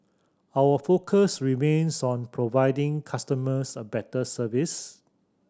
our focus remains on providing customers a better service